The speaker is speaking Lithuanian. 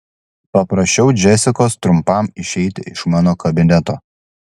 paprašiau džesikos trumpam išeiti iš mano kabineto